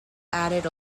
added